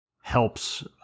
helps